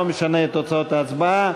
זה לא משנה את תוצאות ההצבעה.